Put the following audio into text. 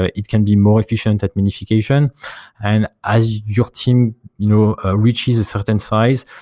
ah it can be more efficient at minification and as your team you know ah which is a certain size,